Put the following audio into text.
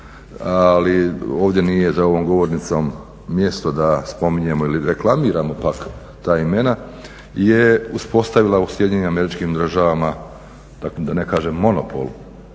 ali ovdje nije za ovom govornicom mjesto da spominjemo ili reklamiramo pak ta imena je uspostavila u SAD-u da ne kažem monopol